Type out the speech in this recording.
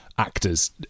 actors